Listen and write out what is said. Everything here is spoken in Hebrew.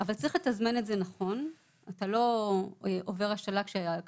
אבל צריך לתזמן את זה נכון: אתה לא עובר השתלה כשהכליות,